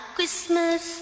Christmas